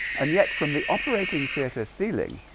and yet from the operating theater ceiling.